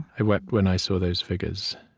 i wept when i saw those figures,